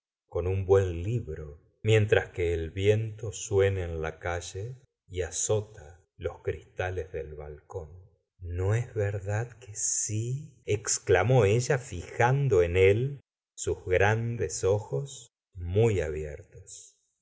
con un buen libro mientras que el viento suena en la calle y azota los cristales del balcón no es verdad que si exclamó ella fijando en el sus grandes ojos muy abiertos